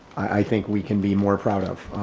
i think we can be more proud of,